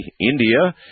India